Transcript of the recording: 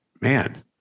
man